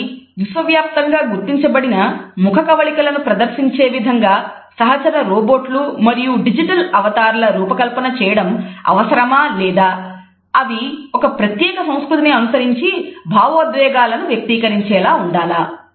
అది విశ్వవ్యాప్తంగా గుర్తించబడిన ముఖకవళికలను ప్రదర్శించే విధంగా సహచర రోబోట్లు ల రూపకల్పన చేయడం అవసరమా లేదా అవి ఒక ప్రత్యేక సంస్కృతిని అనుసరించి భావోద్వేగాలను వ్యక్తీకరించే లా ఉండాలా